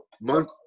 month